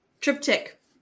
Triptych